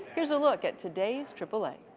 here's a look at today's triple a.